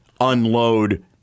unload